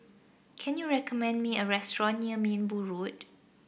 can you recommend me a restaurant near Minbu Road